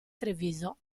treviso